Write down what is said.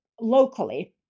locally